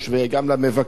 גם למבקרים,